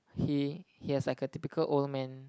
he he has like a typical old man